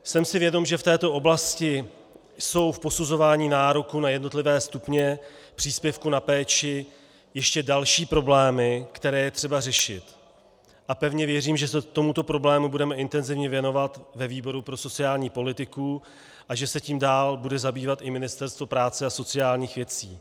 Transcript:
Jsem si vědom, že v této oblasti jsou v posuzování nároků na jednotlivé stupně příspěvků na péči ještě další problémy, které je třeba řešit, a pevně věřím, že se tomuto problému budeme intenzivně věnovat ve výboru pro sociální politiku a že se tím dál bude zabývat i Ministerstvo práce a sociálních věcí.